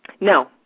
No